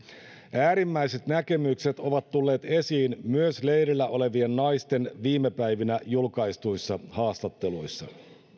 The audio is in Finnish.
äärimmäiset näkemykset ovat tulleet esiin myös leirillä olevien naisten viime päivinä julkaistuissa haastatteluissa